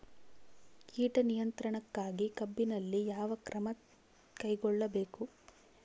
ಕೇಟ ನಿಯಂತ್ರಣಕ್ಕಾಗಿ ಕಬ್ಬಿನಲ್ಲಿ ಯಾವ ಕ್ರಮ ಕೈಗೊಳ್ಳಬೇಕು?